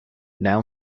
now